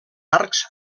arcs